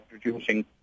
producing